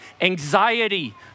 anxiety